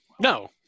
No